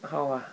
how ah